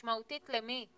משמעותית למי?